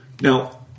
Now